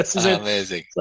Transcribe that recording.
Amazing